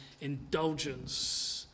indulgence